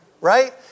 right